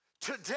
Today